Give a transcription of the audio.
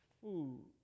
food